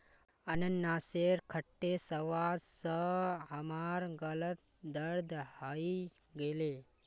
अनन्नासेर खट्टे स्वाद स हमार गालत दर्द हइ गेले